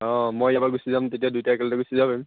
অঁ মই ইয়াৰ পৰা গুছি যাম তেতিয়া দুইটা একেলগতে গুছি যাব পাৰিম